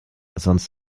sonst